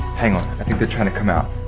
hang on i think they are trying to come out.